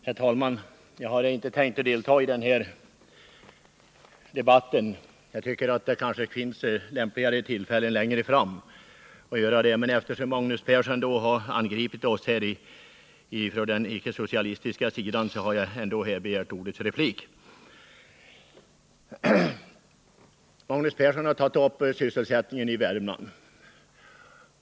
Herr talman! Jag hade inte tänkt delta i den här debatten — jag tycker att det finns lämpligare tillfällen att göra det längre fram — men eftersom Magnus Persson nu har angripit oss på den icke-socialistiska sidan har jag ändå begärt ordet för replik. Magnus Persson har tagit upp frågan om sysselsättningen i Värmland.